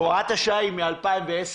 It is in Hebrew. הוראת השעה היא מ-2011.